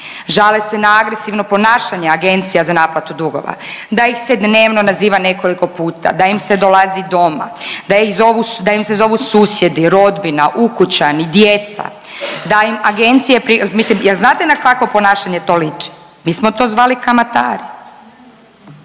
Žale se na agresivno ponašanje agencija za naplatu dugova, da ih se dnevno naziva nekoliko puta, da im se dolazi doma, da im se zovu susjedi, rodbina, ukućani, djeca, da im agencije, mislim je li znate na kakvo ponašanje to liči? Mi smo to zvali kamatari.